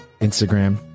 Instagram